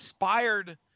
inspired